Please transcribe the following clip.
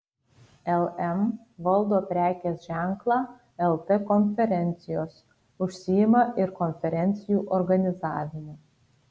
lm valdo prekės ženklą lt konferencijos užsiima ir konferencijų organizavimu